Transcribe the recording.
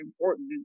important